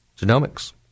genomics